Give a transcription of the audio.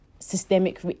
Systemic